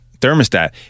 thermostat